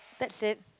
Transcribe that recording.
that's it